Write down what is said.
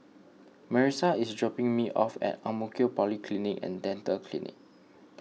Marissa is dropping me off at Ang Mo Kio Polyclinic and Dental Clinic